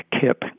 Kip